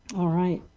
all right.